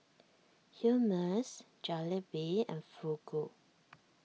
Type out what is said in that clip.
Hummus Jalebi and Fugu